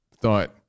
Thought